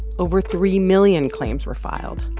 over three million claims were filed.